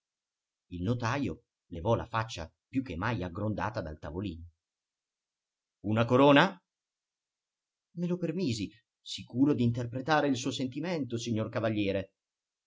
il notajo levò la faccia più che mai aggrondata dal tavolino una corona me lo permisi sicuro d'interpretare il suo sentimento signor cavaliere